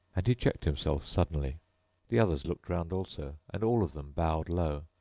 and he checked himself suddenly the others looked round also, and all of them bowed low.